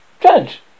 Judge